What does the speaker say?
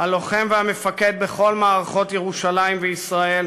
הלוחם והמפקד בכל מערכות ירושלים וישראל,